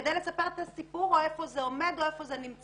כדי לספר את הסיפור או איפה זה עומד או איפה זה נמצא.